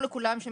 איך מודדים?